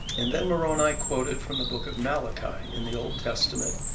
and then moroni quoted from the book of malachi in the old testament,